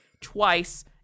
twice